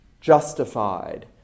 justified